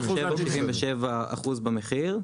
7.77% במחיר.